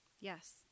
Yes